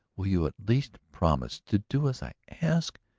will you at least promise to do as i ask?